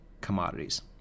commodities